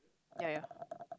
ya ya